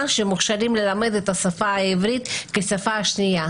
שמוכשרים ללמד את השפה העברית כשפה שנייה.